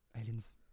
Aliens